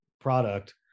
product